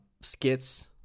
Skits